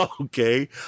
okay